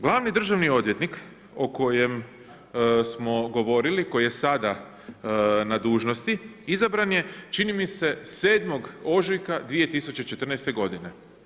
Glavni državni odvjetnik o kojem smo govorili koji je sada na dužnosti, izabran je čini mi se 7. ožujka 2014. godine.